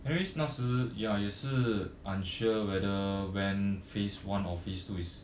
anyways 那时 ya 也是 unsure whether when phase one or phase two is